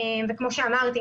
וכמו שאמרתי,